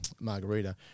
margarita